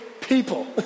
people